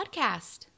podcast